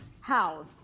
House